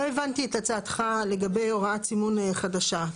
לא הבנתי את הצעתך לגבי הוראת סימון חדשה.